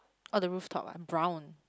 ah the roof top one brown